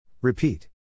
Repeat